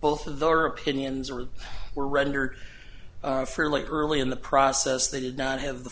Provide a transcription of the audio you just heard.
both of their opinions or were rendered fairly early in the process they did not have the